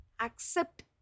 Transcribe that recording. accept